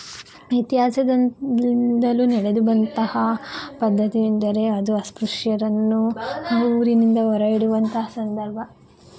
ಇತಿಹಾಸದಂದಿಂದಲೂ ನಡೆದು ಬಂತಹ ಪದ್ಧತಿ ಎಂದರೆ ಅದು ಅಸ್ಪೃಶ್ಯರನ್ನು ಊರಿನಿಂದ ಹೊರಗಿಡುವಂತಹ ಸಂದರ್ಭ